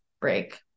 break